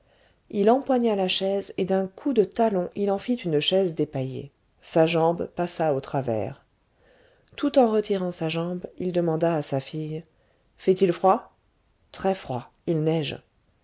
il empoigna la chaise et d'un coup de talon il en fit une chaise dépaillée sa jambe passa au travers tout en retirant sa jambe il demanda à sa fille fait-il froid très froid il neige